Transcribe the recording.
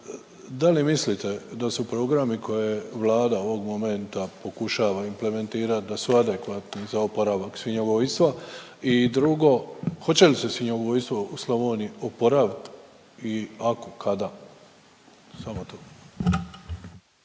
da li mislite da su programi koje Vlada ovog momenta pokušava implementirat, da su adekvatni za oporavak svinjogojstva. I 2. hoće li se svinjogojstvo u Slavoniji oporaviti i ako, kada. Samo to.